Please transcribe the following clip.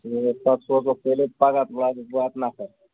تہٕ پَتہٕ سوزہوٗکھ تیٚلہِ پَگاہ والہِ واتہِ نَفر